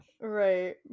right